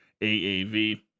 AAV